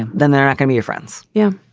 and then there can be your friends yeah.